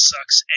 Sucks